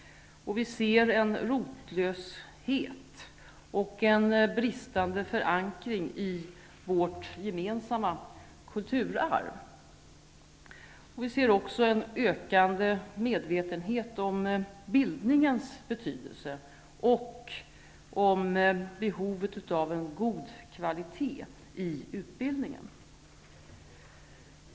Vi ser en rotlöshet och en bristande förankring i vårt gemensamma kulturarv. Vi ser också en ökande medvetenhet om bildningens betydelse och om behovet av en god kvalitet i utbildningen.